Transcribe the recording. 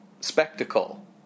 spectacle